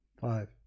Five